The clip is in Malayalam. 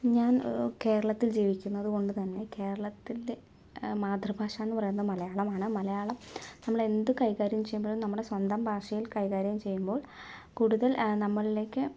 ഞാൻ കേരളത്തിൽ ജീവിക്കുന്നത് കൊണ്ട് തന്നെ കേരളത്തിൻറെ മാതൃഭാഷ എന്ന് പറയുന്ന മലയാളമാണ് മലയാളം നമ്മൾ എന്ത് കൈകാര്യം ചെയ്യുമ്പോഴും നമ്മുടെ സ്വന്തം ഭാഷയിൽ കൈകാര്യം ചെയ്യുമ്പോൾ കൂടുതൽ നമ്മളിലേക്ക്